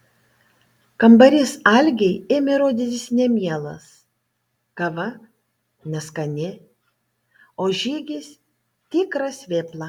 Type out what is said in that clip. kambarys algei ėmė rodytis nemielas kava neskani o žygis tikras vėpla